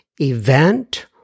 event